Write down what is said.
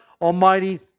Almighty